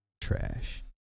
Trash